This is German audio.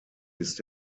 ist